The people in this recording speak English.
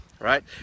right